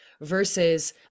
versus